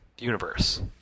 universe